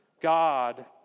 God